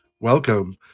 Welcome